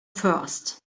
first